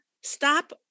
stop